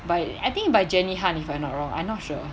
by I think by jenny han if I not wrong I not sure